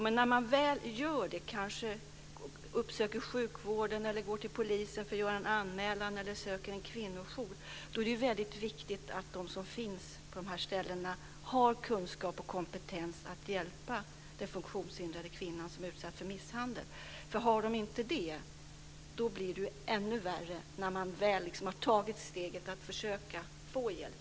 Men när man väl gör det, kanske uppsöker sjukvården, går till polisen för att göra en anmälan eller uppsöker en kvinnojour, är det väldigt viktigt att de som finns på de här ställena har kunskap och kompetens att hjälpa den funktionshindrade kvinna som utsatts för misshandel. Har de inte det blir det ännu värre när man väl har tagit steget att försöka få hjälp.